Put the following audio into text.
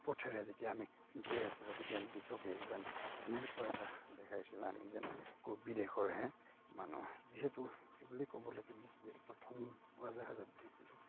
পথেৰে যেতিয়া আমি গৈ আছিলোঁ তেতিয়া নিজকে যেন এনেকুৱা এটা দেখাইছিলে আমি যেন ক'ৰ বিদেশৰহে মানুহ যিহেতু সেইবুলি ক'ব লাগিব যিহেতু প্ৰথম উৰাজাহাজত উঠিছিলোঁ